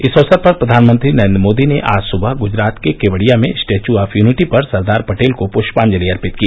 इस अवसर पर प्रधानमंत्री नरेन्द्र मोदी ने आज सुबह गुजरात के केवडिया में स्टैच्यू ऑफ यूनिटी पर सरदार पटेल को पृष्पांजलि अर्पित की